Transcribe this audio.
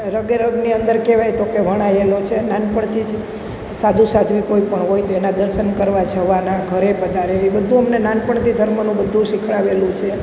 રગે રગની અંદર કહેવાય તો કે વણાયેલો છે નાનપણથી જ સાધુ સાધ્વી કોઈપણ હોય તો એનાં દર્શન કરવા જવાનાં ઘરે પધારે એ બધું અમને નાનપણથી ધર્મનું બધું શીખવાડેલું છે